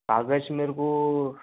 कागज़ मेरे को